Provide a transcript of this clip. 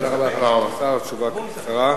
תודה רבה לשר על התשובה הקצרה.